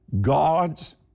God's